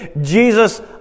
Jesus